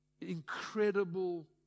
Incredible